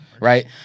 Right